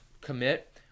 commit